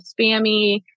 spammy